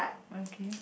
okay